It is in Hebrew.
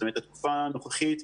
התקופה הנוכחית,